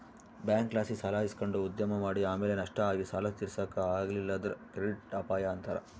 ಬ್ಯಾಂಕ್ಲಾಸಿ ಸಾಲ ಇಸಕಂಡು ಉದ್ಯಮ ಮಾಡಿ ಆಮೇಲೆ ನಷ್ಟ ಆಗಿ ಸಾಲ ತೀರ್ಸಾಕ ಆಗಲಿಲ್ಲುದ್ರ ಕ್ರೆಡಿಟ್ ಅಪಾಯ ಅಂತಾರ